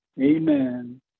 Amen